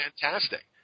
fantastic